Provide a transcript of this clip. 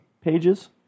pages